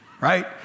Right